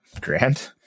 grand